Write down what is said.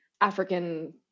African